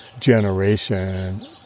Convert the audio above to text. generation